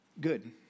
Good